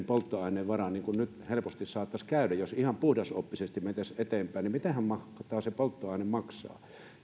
polttoaineen varaan niin kuin nyt helposti saattaisi käydä jos ihan puhdasoppisesti mentäisiin eteenpäin niin mitähän mahtaa se polttoaine maksaa